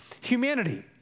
humanity